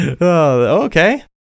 Okay